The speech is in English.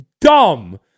dumb